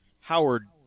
Howard